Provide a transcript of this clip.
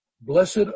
Blessed